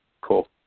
Cool